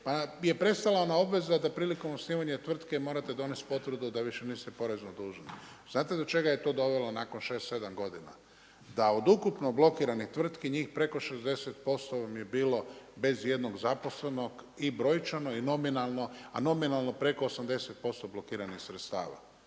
pa je prestala obveza da prilikom osnivanju tvrtke morate donesti potvrdu da više niste porezno dužni. Znate do čega je to dovelo nakon 6, 7 godina? Da od ukupno blokiranih tvrtki njih preko 60% vam je bilo bez ijednog zaposlenog i brojčano i nominalno. A nominalno preko 80% blokiranih sredstava.